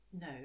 No